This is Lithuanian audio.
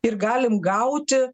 ir galim gauti